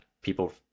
people